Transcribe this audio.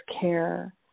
care